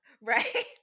Right